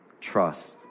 trust